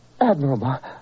Admirable